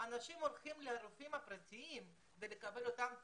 אנשים הולכים לרופאים פרטיים כדי לקבל את אותן תרופות,